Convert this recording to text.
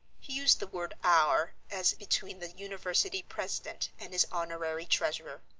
he used the word our as between the university president and his honorary treasurer.